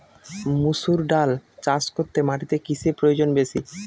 মুসুর ডাল চাষ করতে মাটিতে কিসে প্রয়োজন বেশী?